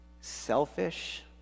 selfish